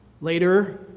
Later